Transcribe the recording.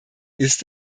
ist